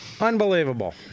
Unbelievable